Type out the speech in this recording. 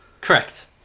Correct